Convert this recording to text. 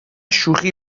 شوخی